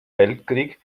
weltkrieg